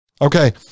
okay